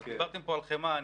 דיברתם על חמאה.